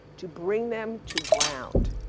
to bring them to ground.